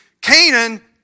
Canaan